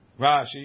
Rashi